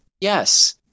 yes